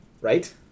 Right